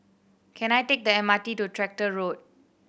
can I take the M R T to Tractor Road